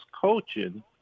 coaching